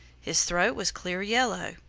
his throat was clear yellow,